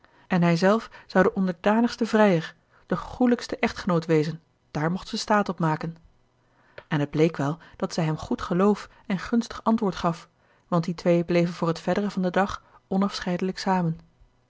en hij zelf zou de onderdanigste vrijer de goêlijkste echtgenoot wezen daar mocht ze staat op maken en het bleek wel dat zij hem goed geloof en gunstig antwoord gaf want die twee bleven voor het verdere van den dag onafscheidelijk samen